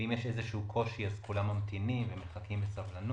ואם יש קושי אז כולם ממתינים ומחכים בסבלנות.